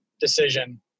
decision